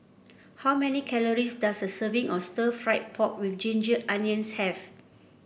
how many calories does a serving of Stir Fried Pork with Ginger Onions have